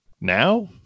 now